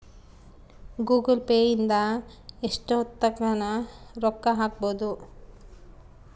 Google Pay ಇಂದ ಎಷ್ಟೋತ್ತಗನ ರೊಕ್ಕ ಹಕ್ಬೊದು